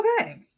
okay